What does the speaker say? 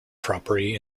property